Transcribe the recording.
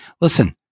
listen